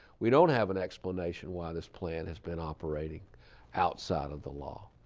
we don't have an explanation why this plant has been operating outside of the law.